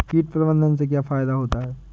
कीट प्रबंधन से क्या फायदा होता है?